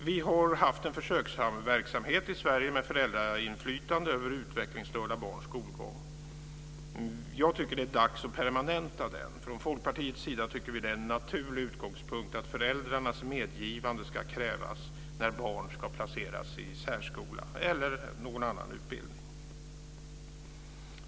Vi har haft en försöksverksamhet i Sverige med föräldrainflytande över utvecklingsstörda barns skolgång. Jag tycker att det är dags att permanenta den. Från Folkpartiets sida tycker vi att det är en naturlig utgångspunkt att föräldrarnas medgivande ska krävas när barn ska placeras i särskola eller i någon annan utbildning.